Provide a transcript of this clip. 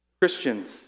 christians